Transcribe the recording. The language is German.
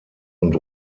und